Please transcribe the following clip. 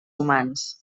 humans